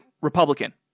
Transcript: Republican